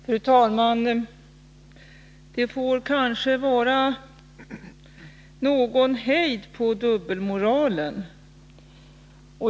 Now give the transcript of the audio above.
Fru talman! Det får kanske vara någon hejd på dubbelmoralen.